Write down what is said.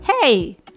hey